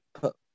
put